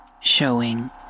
showing